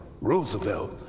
roosevelt